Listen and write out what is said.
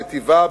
בטיבה,